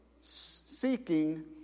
Seeking